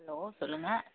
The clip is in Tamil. ஹலோ சொல்லுங்கள்